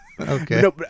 Okay